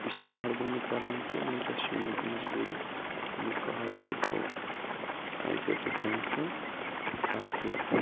بہٕ چھُس تۄہہِ مہربٲنی کَران وٕنکیٚس چھِ مےٚ مِجبوٗری یہِ کال کٔرتَو یہِ کٔرتو کینسل تاکہِ